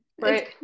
Right